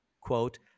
quote